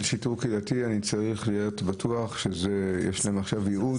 שיטור קהילתי אני צריך להיות בטוח שיש להם עכשיו ייעוד.